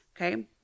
Okay